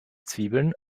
zwiebeln